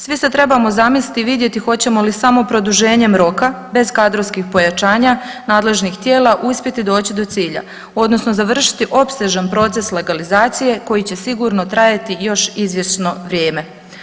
Svi se trebamo zamisliti i vidjeti hoćemo li samo produženjem roka bez kadrovskih pojačanja nadležnih tijela uspjeti doći do cilja odnosno završiti opsežan proces legalizacije koji će sigurno trajati još izvjesno vrijeme.